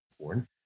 born